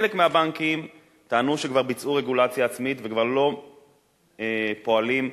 חלק מהבנקים טענו שהם כבר ביצעו רגולציה עצמית וכבר לא פועלים חד-צדדית,